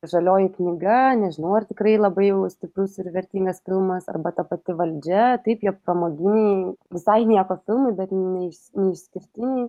žalioji knyga nežinau ar tikrai labai jau stiprus ir vertingas filmas arba ta pati valdžia taip jie pramoginiai visai nieko filmai bet ne neišskirtiniai